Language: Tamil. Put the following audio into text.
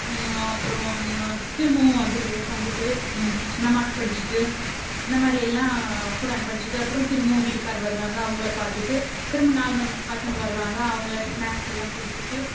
அப்புறம் திரும்பவும் அதில் உட்காந்துட்டு நமாஸ் படித்திட்டு இந்தமாதிரியெல்லாம் குரான் படித்திட்டு அப்புறம் திரும்பவும் வீட்டுக்காரர் வருவாங்க அவங்கள பார்த்துட்டு திரும்ப நாலு மணிக்கு பசங்க வருவாங்க அவங்கள ஸ்நாக்ஸ்லாம் கொடுத்துட்டு